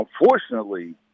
Unfortunately